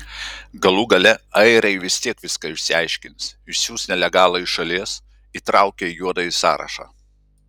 galų gale airiai vis tiek viską išsiaiškins išsiųs nelegalą iš šalies įtraukę į juodąjį sąrašą